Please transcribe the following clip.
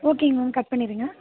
ஓகேங்க ma'am cut பண்ணிடுங்க